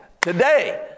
today